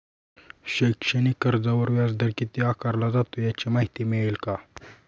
शैक्षणिक कर्जावर व्याजदर किती आकारला जातो? याची माहिती मिळेल का?